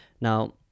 now